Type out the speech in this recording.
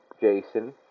Jason